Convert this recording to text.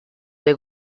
dei